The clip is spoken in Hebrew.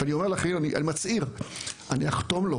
ואני מצהיר, אני אחתום לו.